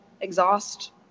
exhaust